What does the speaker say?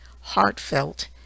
heartfelt